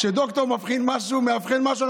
כשדוקטור מאבחן משהו,